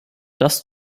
das